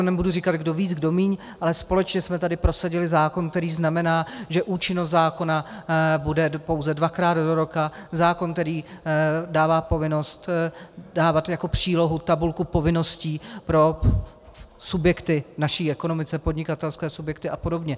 Nebudu teď říkat, kdo víc, kdo míň, ale společně jsme tady prosadili zákon, který znamená, že účinnost zákona bude pouze dvakrát do roka, zákon, který dává povinnost dávat jako přílohu tabulku povinností pro subjekty v naší ekonomice, podnikatelské subjekty a podobně.